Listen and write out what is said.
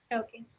okay